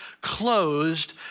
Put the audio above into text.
closed